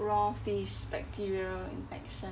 raw fish bacteria infection